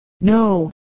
No